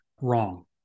wrong